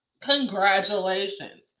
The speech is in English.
congratulations